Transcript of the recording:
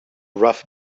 rough